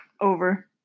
Over